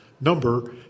number